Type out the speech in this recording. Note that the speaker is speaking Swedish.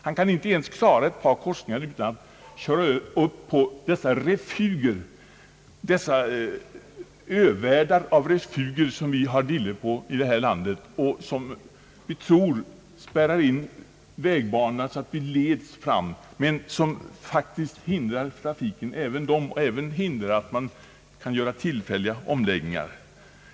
Ett par korsningar kan han inte klara utan att köra upp på refugerna, dessa övärldar av refuger som vi har dille på i det här landet och som vi tror spärrar in vägbanan, så att vi leds fram, men som faktiskt hindrar trafiken och även hindrar att göra tillfälliga omläggningar.